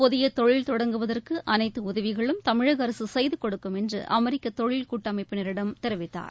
புதிய தொழில் தொடங்குவதற்கு அனைத்து உதவிகளும் தமிழக அரசு செய்து கொடுக்கும் என்று அமெரிக்க தொழில் கூட்டணப்பினரிடம் தெரிவித்தார்